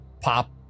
pop